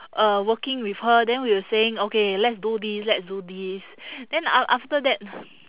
uh working with her then we were saying okay let's do this let's do this then a~ after that